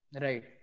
Right